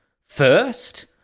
first